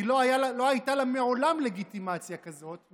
כי לא הייתה לה מעולם לגיטימציה כזאת,